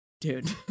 dude